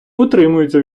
утримуються